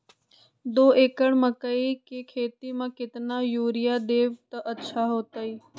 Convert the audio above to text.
दो एकड़ मकई के खेती म केतना यूरिया देब त अच्छा होतई?